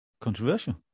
Controversial